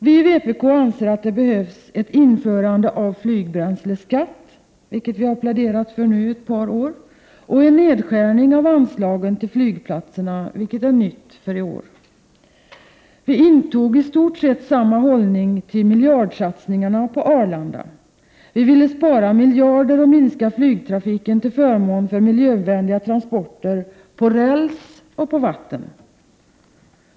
Vi i vpk anser att det behövs såväl ett införande av flygbränsleskatt — vilket vi under ett par år har pläderat för — som en nedskärning i anslagen till flygplatserna, ett krav som är nytt för i år. Vi intog i stort sett samma hållning till miljardsatsningarna på Arlanda. Vi ville spara miljarder och minska flygtrafiken till förmån för miljövänliga transporter på räls och på vatten.